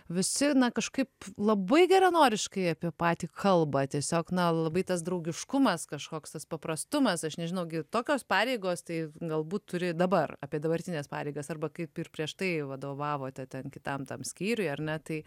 visi kažkaip labai geranoriškai apie patį kalba tiesiog na labai tas draugiškumas kažkoks tas paprastumas aš nežinau gi tokios pareigos tai galbūt turi dabar apie dabartines pareigas arba kaip ir prieš tai vadovavote ten kitam tam skyriui ar ne tai